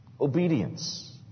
obedience